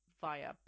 via